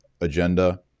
agenda